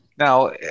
Now